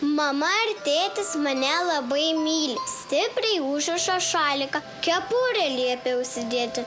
mama ir tėtis mane labai myli stipriai užriša šaliką kepurę liepia užsidėti